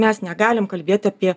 mes negalim kalbėt apie